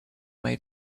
made